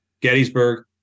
Gettysburg